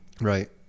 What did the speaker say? Right